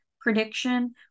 prediction